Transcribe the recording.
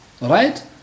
right